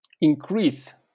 increase